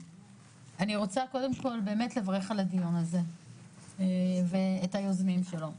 אני רוצה קודם כל באמת לברך על הדיון הזה ואת היוזמים שלו,